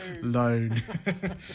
Loan